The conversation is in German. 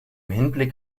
hinblick